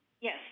Yes